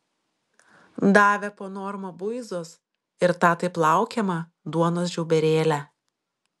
davė po normą buizos ir tą taip laukiamą duonos žiauberėlę